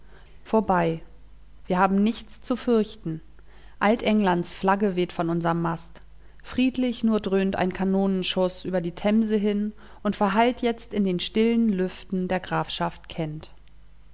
vorbei wir haben nichts zu fürchten alt-englands flagge weht von unserm mast friedlich nur dröhnt ein kanonenschuß über die themse hin und verhallt jetzt in den stillen lüften der grafschaft kent